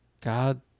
God